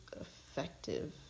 effective